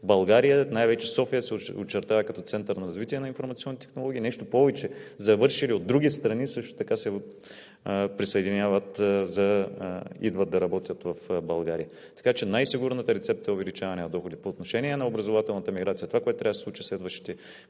България, най-вече София, се очертава като център на развитие на информационните технологии. Нещо повече, завършили от други страни също се присъединяват, идват да работят в България, така че най-сигурната рецепта е увеличаване на доходите. По отношение на образователната миграция, това, което трябва да се случи в следващите